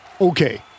Okay